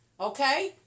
Okay